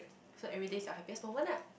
so everyday is your happiest moment ah